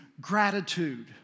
gratitude